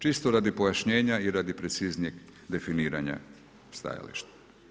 Čisto radi pojašnjenja i radi preciznijeg definiranja stajališta.